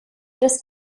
des